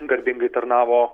garbingai tarnavo